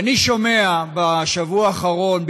ואני שומע בשבוע האחרון,